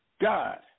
God